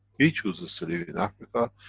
he chooses to live in africa,